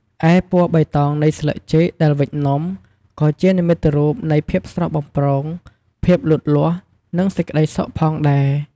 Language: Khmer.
ឯពណ៌បៃតងនៃស្លឹកចេកដែលវេចនំ ក៏ជានិមិត្តរូបនៃ ភាពស្រស់បំព្រង ភាពលូតលាស់ និងសេចក្តីសុខផងដែរ។